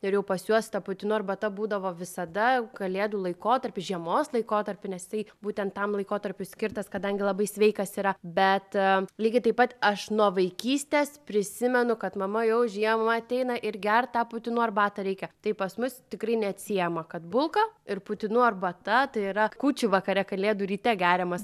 ir jau pas juos ta putinų arbata būdavo visada kalėdų laikotarpiu žiemos laikotarpiu nes tai būtent tam laikotarpiui skirtas kadangi labai sveikas yra bet lygiai taip pat aš nuo vaikystės prisimenu kad mama jau žiemą ateina ir gert tą putinų arbatą reikia tai pas mus tikrai neatsiejama kad bulka ir putinų arbata tai yra kūčių vakare kalėdų ryte geriamas